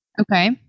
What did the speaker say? Okay